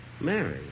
Mary